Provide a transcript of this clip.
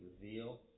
reveal